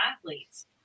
athletes